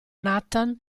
nathan